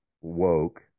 woke